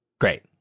Great